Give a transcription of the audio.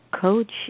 coach